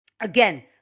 again